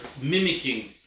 mimicking